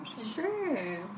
Sure